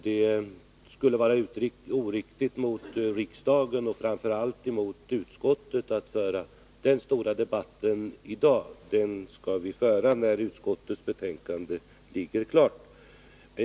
Det skulle vara oriktigt mot riksdagen och framför allt mot utskottet att föra den stora debatten i dag. Den skall vi föra när utskottet lagt fram sitt betänkande.